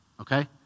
okay